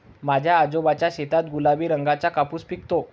माझ्या आजोबांच्या शेतात गुलाबी रंगाचा कापूस पिकतो